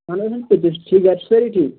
اَہَن حظ تُہۍ چھِو ٹھیٖک گَرِ چھِ سٲری ٹھیٖک